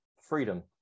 freedom